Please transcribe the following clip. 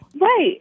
Right